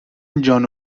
جان